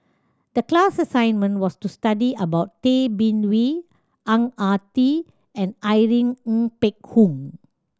the class assignment was to study about Tay Bin Wee Ang Ah Tee and Irene Ng Phek Hoong